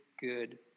good